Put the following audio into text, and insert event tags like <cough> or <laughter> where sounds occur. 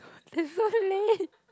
<laughs> that's so late